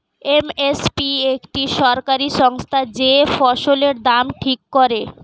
M S P একটি সরকারি সংস্থা যে ফসলের দাম ঠিক করে